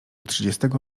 trzydziestego